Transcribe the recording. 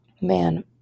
man